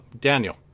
daniel